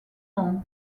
nom